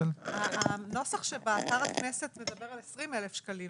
הנוסח שבאתר הכנסת מדבר על 20,000 שקלים.